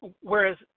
whereas